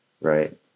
right